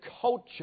culture